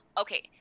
Okay